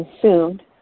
consumed